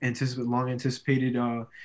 long-anticipated